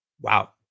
Wow